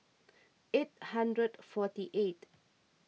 eight hundred forty eight